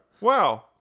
Wow